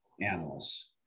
analysts